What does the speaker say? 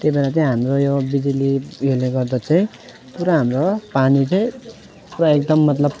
त्यही भएर चाहिँ हाम्रो यो बिजुली यसले गर्दा चाहिँ पुरा हाम्रो पानीले पुरा एकदम मतलब